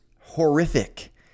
horrific